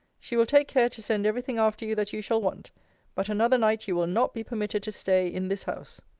she will take care to send every thing after you that you shall want but another night you will not be permitted to stay in this house.